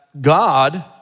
God